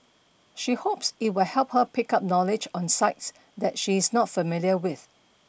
she hopes it will help her pick up knowledge on sites that she is not familiar with